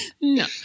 No